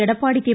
Edappadi K